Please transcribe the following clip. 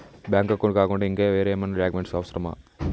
Bank account కాకుండా ఇంకా వేరే ఏమైనా డాక్యుమెంట్స్ అవసరమా?